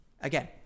Again